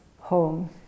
home